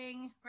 right